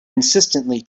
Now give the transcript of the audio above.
insistently